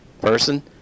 person